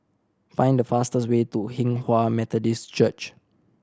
find the fastest way to Hinghwa Methodist Church